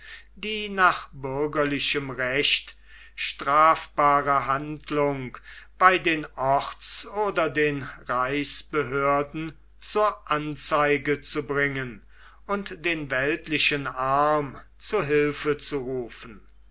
die nach bürgerlichem recht strafbare handlung bei den orts oder den reichsbehörden zur anzeige zu bringen und den weltlichen arm zu hilfe zu rufen